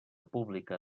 pública